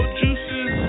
juices